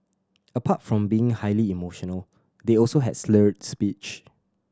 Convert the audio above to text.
apart from being highly emotional they also had slurred speech